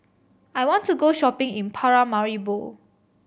I want to go shopping in Paramaribo